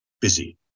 busy